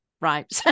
right